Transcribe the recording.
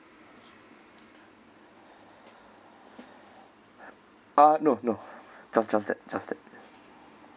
uh no no just just that just that